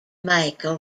michael